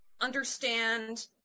understand